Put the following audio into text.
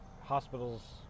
Hospitals